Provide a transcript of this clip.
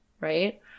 right